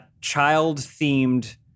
child-themed